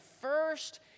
first